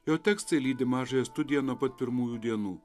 jo tekstai lydi mažąją studiją nuo pat pirmųjų dienų